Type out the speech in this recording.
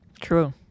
True